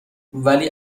ولی